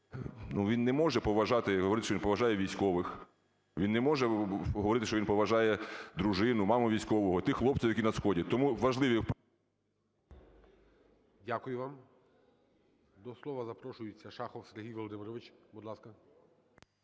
він не може поважати, говорити, що він поважає військових, він не може говорити, що він поважає дружину, маму військового, тих хлопців, які на сході. Тому важливі… ГОЛОВУЮЧИЙ. Дякую вам. До слова запрошується Шахов Сергій Володимирович, будь ласка.